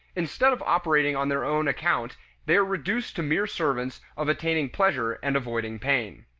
instead of operating on their own account they are reduced to mere servants of attaining pleasure and avoiding pain.